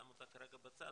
אני שם אותה כרגע בצד,